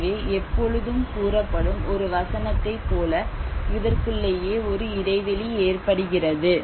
எனவே எப்பொழுதும் கூறப்படும் ஒரு வசனத்தை போல இதற்குள்ளேயே ஒரு இடைவெளி ஏற்படுகிறது